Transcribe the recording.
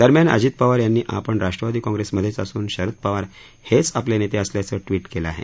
दरम्यान अजित पवार यांनी आपण राष्ट्रवादी काँप्रेसमधेच असून शरद पवार हेच आपले नेते असल्याचं िकेलं आहे